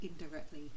indirectly